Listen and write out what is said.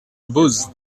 boz